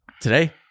today